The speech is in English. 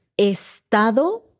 estado